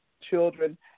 children